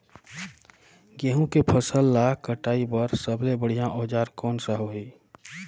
गहूं के फसल ला कटाई बार सबले बढ़िया औजार कोन सा होही?